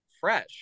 fresh